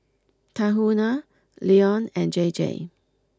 Tahuna Lion and J J